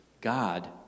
God